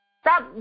Stop